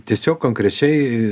tiesiog konkrečiai